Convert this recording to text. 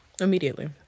immediately